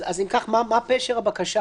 אם כך, מה פשר הבקשה